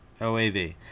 OAV